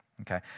Okay